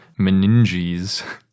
meninges